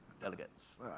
delegates